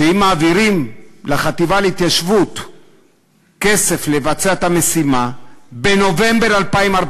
שאם מעבירים לחטיבה להתיישבות כסף לבצע את המשימה בנובמבר 2014,